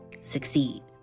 succeed